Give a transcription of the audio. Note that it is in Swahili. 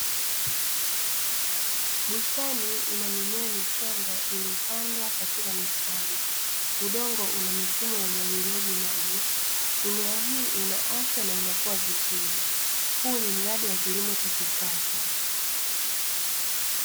Bustani ina mimea michanga iliyopandwa katika mistari. Udongo una mifumo ya umwagiliaji maji, mimea hii ina afya na inakua vizuri. Huu ni mradi wa kilimo cha kisasa.